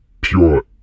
pure